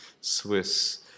Swiss